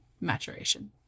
maturation